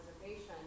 Reservation